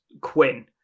Quinn